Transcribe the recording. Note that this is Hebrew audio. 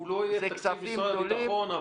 הוא לא יהיה בתקציב משרד הביטחון,